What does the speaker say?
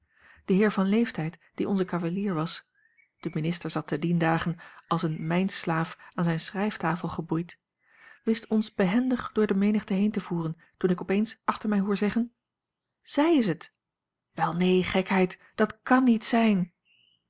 de heer van leeftijd die onze cavalier was de minister zat te dien dage als een mijnslaaf aan zijne schrijftafel geboeid wist ons behendig door de menigte heen te voeren toen ik opeens achter mij hoor zeggen zij is het wel neen gekheid dat kàn niet zijn